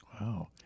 Wow